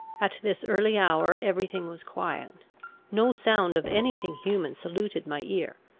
at this early hour every thing was quiet no sound of any thing human saluted my ear.